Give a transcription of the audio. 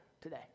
today